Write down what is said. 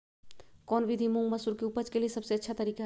कौन विधि मुंग, मसूर के उपज के लिए सबसे अच्छा तरीका है?